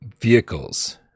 vehicles